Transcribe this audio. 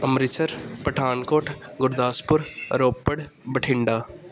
Amritsar Pathankot Gurdaspur Ropar Bathinda